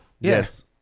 Yes